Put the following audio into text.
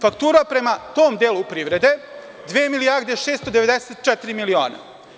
Faktura prema tom delu privrede 2 milijarde i 694 miliona.